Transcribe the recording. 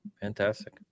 Fantastic